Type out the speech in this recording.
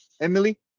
Emily